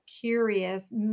curious